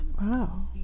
Wow